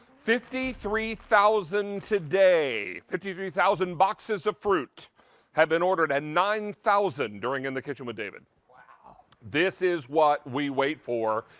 fifty three thousand today, thirty three thousand boxes of fruit have been ordered. and nine thousand during in the kitchen with david. this is what we wait for,